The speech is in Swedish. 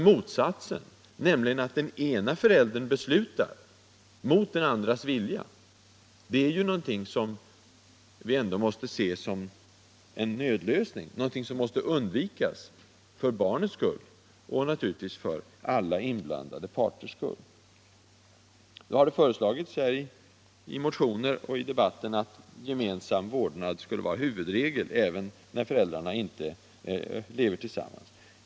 Motsatsen, nämligen att den ena föräldern beslutar mot den andras vilja, är en nödlösning, någonting som skall undvikas för barnets skull — för alla inblandade parters skull. I motioner och i debatten har föreslagits att gemensam vårdnad skulle vara huvudregel, även när föräldrarna inte lever tillsammans.